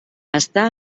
està